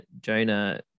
Jonah